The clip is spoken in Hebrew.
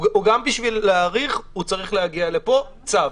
גם בשביל להאריך הוא צריך להגיע לפה עם צו.